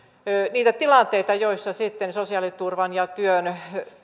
niitä tilanteita joissa sosiaaliturvan ja työn